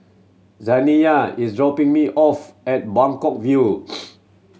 Zaniyah is dropping me off at Buangkok View